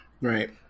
Right